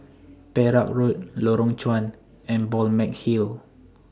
Perak Road Lorong Chuan and Balmeg Hill